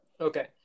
Okay